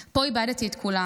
"פה איבדתי את כולם,